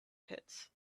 pits